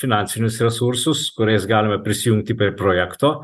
finansinius resursus kuriais galime prisijungti prie projekto